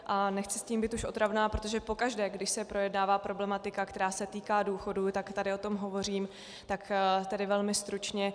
A nechci s tím být už otravná, protože pokaždé, když se projednává problematika, která se týká důchodu, také tady o tom hovořím, tak tedy velmi stručně.